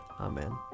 Amen